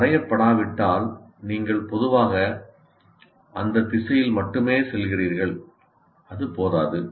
அது அடையப்படாவிட்டால் நீங்கள் பொதுவாக அந்த திசையில் மட்டுமே செல்கிறீர்கள் அது போதாது